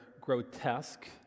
grotesque